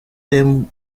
them